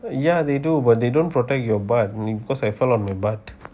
ya they do but they don't protect your butt because I fall on my butt